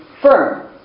firm